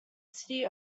city